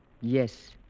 Yes